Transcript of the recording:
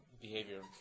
behavior